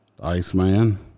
Iceman